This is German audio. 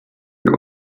für